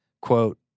quote